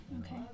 Okay